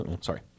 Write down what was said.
Sorry